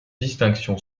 distinction